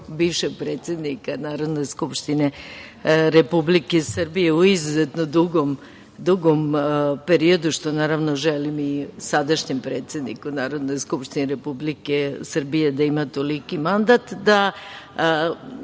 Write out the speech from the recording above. bivšeg predsednika Narodne skupštine Republike Srbije u izuzetno dugom periodu, što naravno želim sadašnjem predsedniku Narodne skupštine Republike Srbije da ima toliki mandat, da